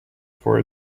for